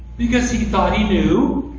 because he thought he knew.